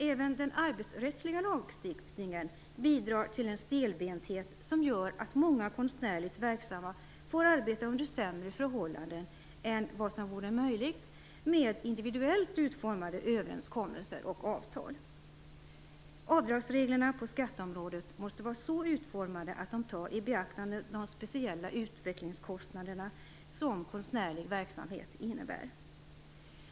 Även den arbetsrättsliga lagstiftningen bidrar till en stelbenthet som gör att många konstnärligt verksamma får arbeta under sämre förhållanden än vad som vore möjligt med individuellt utformade överenskommelser och avtal. Avdragsreglerna på skatteområdet måste vara så utformade att de tar i beaktande de speciella utvecklingskostnader som konstnärlig verksamhet innebär.